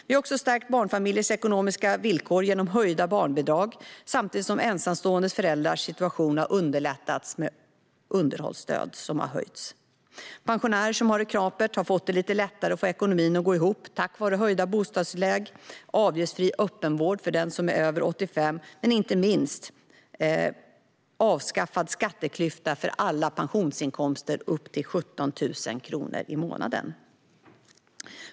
Vi har också stärkt barnfamiljers ekonomiska villkor genom höjda barnbidrag samtidigt som ensamstående föräldrars situation har underlättats genom att underhållsstödet har höjts. Pensionärer som har det knapert har fått det lite lättare att få ekonomin att gå ihop tack vare höjda bostadstillägg och avgiftsfri öppenvård för den som är över 85 år, och inte minst har vi avskaffat skatteklyftan för alla pensionsinkomster upp till 17 000 kronor i månaden.